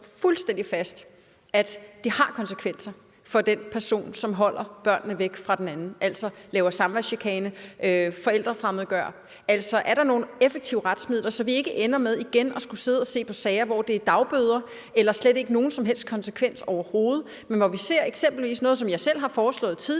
fuldstændig fast, at det har konsekvenser for den person, som holder børnene væk fra den anden, altså laver samværschikane og forældrefremmedgørelse. Er der nogle effektive retsmidler, som gør, at vi ikke ender med igen at skulle sidde og se på sager, hvor der er givet dagbøder eller der slet ikke er nogen som helst konsekvens? Vi kunne eksempelvis se på noget, som jeg selv har foreslået tidligere: